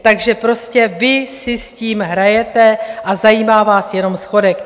Takže prostě vy si s tím hrajete a zajímá vás jenom schodek.